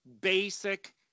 basic